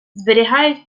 зберігають